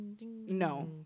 no